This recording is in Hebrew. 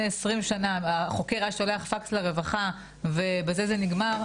20 שנה החוקר היה שולח פקס' לרווחה ובזה זה נגמר,